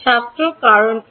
ছাত্র কারণ এই